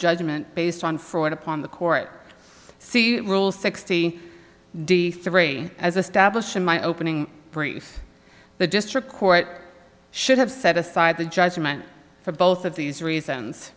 judgment based on fraud upon the court see rule sixty d three as established in my opening brief the district court should have set aside the judgment for both of these reasons